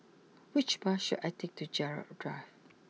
which bus should I take to Gerald Drive